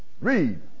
Read